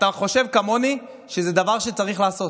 אתה חושב כמוני שזה דבר שצריך לעשות.